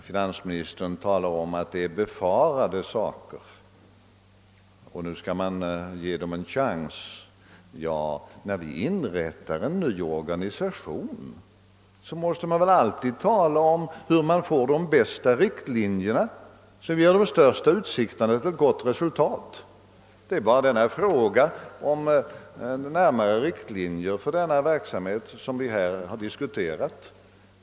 Finansministern sade att det gäller befarade saker och att vi nu borde ge företaget en chans. Men när man inrättar en ny organisation måste man väl alltid ange vad man anser vara de rätta riktlinjerna och därmed får de största utsikterna att uppnå ett gott resultat. Det är bara denna fråga om klarare riktlinjer för verksamheten som här diskuterats.